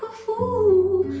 fool,